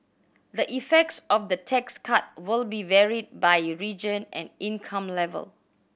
the effects of the tax cut will be varied by region and income level